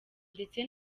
ndetse